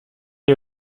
est